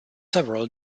several